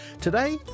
Today